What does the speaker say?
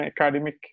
academic